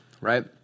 Right